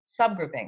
subgrouping